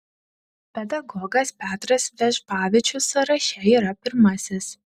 pedagogas petras vežbavičius sąraše yra pirmasis